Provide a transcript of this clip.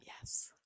Yes